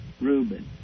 Reuben